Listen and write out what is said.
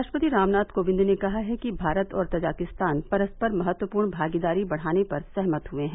राष्ट्रपति रामनाथ कोविंद ने कहा है कि भारत और तजाकिस्तान परस्पर महत्वपूर्ण भागीदारी बढ़ाने पर सहमत हए हैं